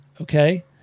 okay